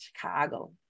Chicago